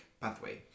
pathway